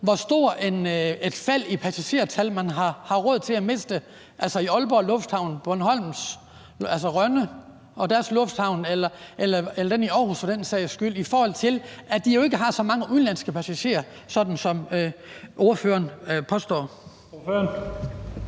hvor stort et fald i passagertal man har råd til i Aalborg Lufthavn, Bornholms Lufthavn i Rønne eller den i Aarhus for den sags skyld, i forhold til at de jo ikke har så mange udenlandske passagerer, sådan som ordføreren påstår. Kl.